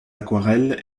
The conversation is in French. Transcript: aquarelles